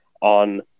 on